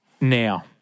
now